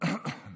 הערב